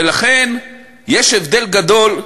ולכן יש הבדל גדול,